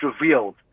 revealed